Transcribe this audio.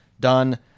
done